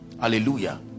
hallelujah